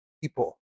people